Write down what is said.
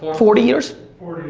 forty years